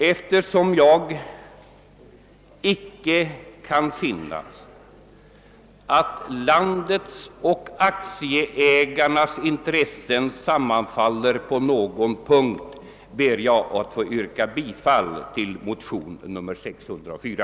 Eftersom jag icke kan finna, att landets och aktieägarnas intressen på någon punkt sammanfaller, ber jag att få yrka bifall till motion nr IT: 604.